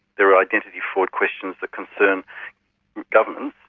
there are identity fraud questions that concern governments,